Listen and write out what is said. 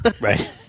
Right